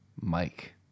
Mike